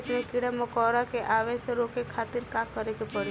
खेत मे कीड़ा मकोरा के आवे से रोके खातिर का करे के पड़ी?